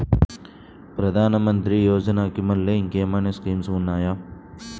ప్రధాన మంత్రి యోజన కి మల్లె ఇంకేమైనా స్కీమ్స్ ఉన్నాయా?